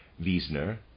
Wiesner